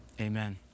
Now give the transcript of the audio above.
amen